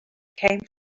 came